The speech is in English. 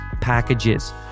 packages